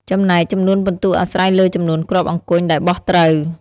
ចំណែកចំនួនពិន្ទុអាស្រ័យលើចំនួនគ្រាប់អង្គញ់ដែលបោះត្រូវ ។